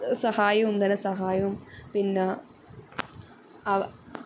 സഹായവും ധനസഹായവും പിന്നെ